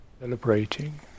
celebrating